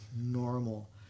normal